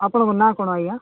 ଆପଣଙ୍କ ନା କ'ଣ ଆଜ୍ଞା